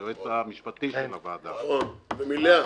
היועץ המשפטי של הוועדה -- נכון, ומלאה.